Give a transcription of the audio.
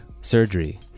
surgery